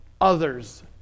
others